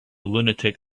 lunatic